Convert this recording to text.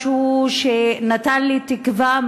משהו שנתן לי תקווה,